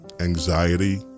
anxiety